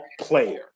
player